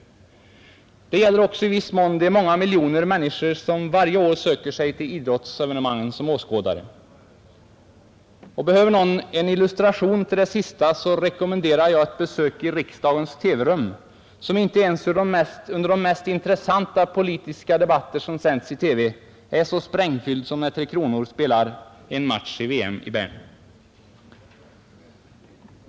Det gäller också i viss mån de många miljoner åskådare som varje år söker sig till idrottsevenemangen. Behöver någon en illustration till det sistnämnda rekommenderar jag ett besök i riksdagens TV-rum, som inte ens under de mest intressanta politiska debatter som sänds i TV är så sprängfyllt som när Tre Kronor spelar en match i VM i Bern.